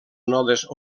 nodes